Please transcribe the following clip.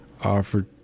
offered